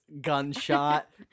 Gunshot